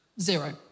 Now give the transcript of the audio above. Zero